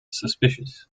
suspicious